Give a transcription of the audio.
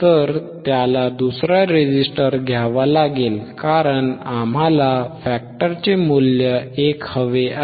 तर त्याला दुसरा रेझिस्टर घ्यावा लागेल कारण आम्हाला फॅक्टरचे मूल्य 1 हवे आहे